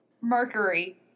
Mercury